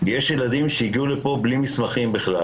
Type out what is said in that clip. יש ילדים שהגיעו לפה בלי מסמכים בכלל